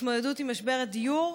ההתמודדות עם משבר הדיור,